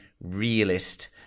realist